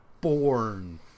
born